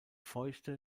feuchte